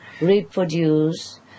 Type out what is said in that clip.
reproduce